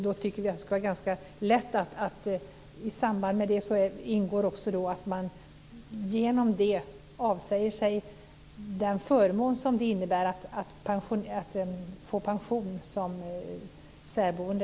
Det borde vara ganska lätt att man genom det avsäger sig den förmån som det innebär att få pension som särboende.